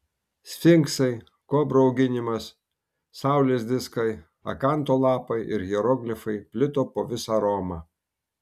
sfinksai kobrų auginimas saulės diskai akanto lapai ir hieroglifai plito po visą romą